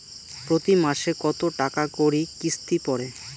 প্রতি মাসে কতো টাকা করি কিস্তি পরে?